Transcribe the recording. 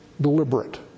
deliberate